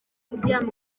kuryama